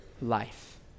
life